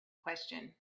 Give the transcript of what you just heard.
question